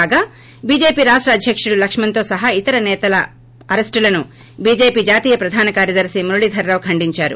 కాగా చీజేపీ రాష్ట అధ్యకుడు లక్కుణ్తో సహా ఇతర సేతల అరెస్ట్ లను చీజేపీ జాతీయ ప్రధాన కార్యదర్తి మురళీధర్రావు ఖండిందారు